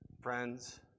friends